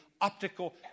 optical